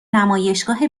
نمایشگاه